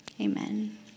Amen